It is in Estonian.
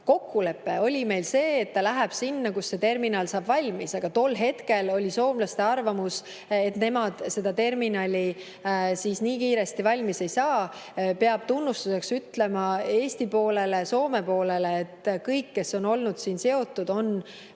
Kokkulepe oli meil see, et ta läheb sinna, kus terminal saab valmis. Aga siis oli soomlaste arvamus, et nemad seda terminali nii kiiresti valmis ei saa. Peab tunnustuseks ütlema Eesti poolele ja Soome poolele, et kõik, kes on olnud seotud, on